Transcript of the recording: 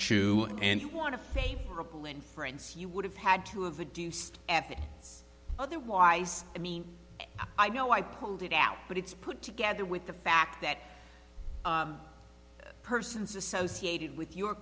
chew and want a favorable inference you would have had to have a deuced f it otherwise i mean i know i pulled it out but it's put together with the fact that persons associated with your